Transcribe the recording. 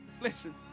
Listen